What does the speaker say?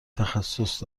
تخصص